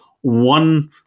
one